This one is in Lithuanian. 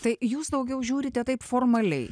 tai jūs daugiau žiūrite taip formaliai